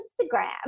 instagram